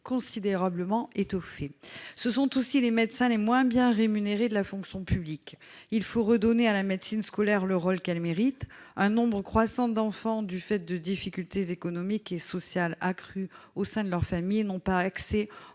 considérablement étoffée, ce sont aussi les médecins, les moins bien rémunérés de la fonction publique, il faut redonner à la médecine scolaire, le rôle qu'elle mérite un nombre croissant d'enfants du fait de difficultés économiques et sociales accrues au sein de leur famille et n'ont pas accès